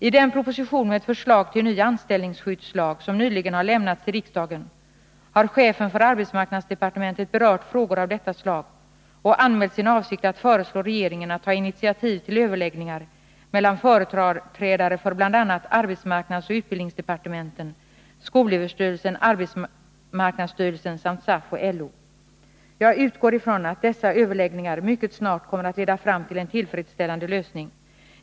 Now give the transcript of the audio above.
I den proposition med förslag till ny anställningsskyddslag som nyligen har lämnats till riksdagen har chefen för arbetsmarknadsdepartementet berört frågor av detta slag och anmält sin avsikt att föreslå regeringen att ta initiativ till överläggningar mellan företrädare för bl.a. arbetsmark nadsoch utbildningsdepartementen, skolöverstyrelsen, arbetsmarknadsstyrelsen samt SAF och LO. Jag utgår ifrån att dessa överläggningar mycket snart kommer att leda fram till en tillfredsställande lösning.